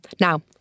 Now